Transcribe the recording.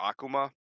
akuma